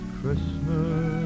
Christmas